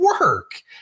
work